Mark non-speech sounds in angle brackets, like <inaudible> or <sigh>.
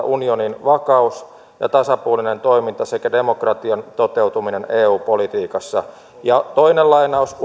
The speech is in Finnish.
<unintelligible> unionin vakaus ja tasapuolinen toiminta sekä demokratian toteutuminen eu politiikassa ja toinen lainaus <unintelligible>